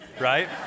right